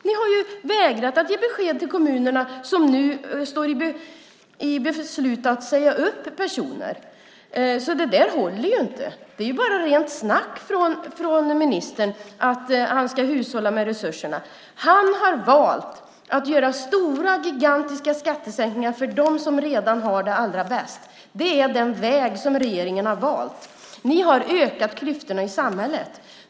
Ni har vägrat att ge besked till kommunerna, som nu står inför beslutet att säga upp personer. Det där håller alltså inte. Det är bara tomt snack från ministerns sida när han säger att han ska hushålla med resurserna. Han har valt att göra gigantiska skattesänkningar för dem som redan har det allra bäst. Det är den väg som regeringen har valt. Det har ökat klyftorna i samhället.